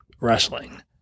wrestling